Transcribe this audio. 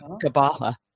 Kabbalah